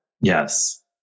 Yes